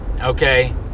Okay